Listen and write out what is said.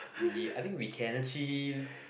we I think we can achieve